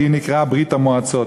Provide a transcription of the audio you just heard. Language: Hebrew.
והיא נקראה ברית-המועצות.